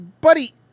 Buddy